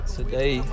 Today